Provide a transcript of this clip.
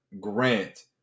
Grant